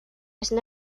there